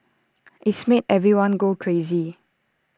it's made everyone go crazy